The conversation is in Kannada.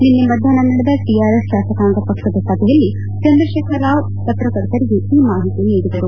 ನಿನ್ನೆ ಮಧ್ಯಾಹ್ವ ನಡೆದ ಟಿಆರ್ಎಸ್ ಶಾಸಕಾಂಗ ಪಕ್ಷದ ಸಭೆಯಲ್ಲಿ ಚಂದ್ರಶೇಖರ ರಾವ್ ಪತ್ರಕರ್ತರಿಗೆ ಈ ಮಾಹಿತಿ ನೀಡಿದರು